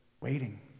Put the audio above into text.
waiting